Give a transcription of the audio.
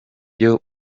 byo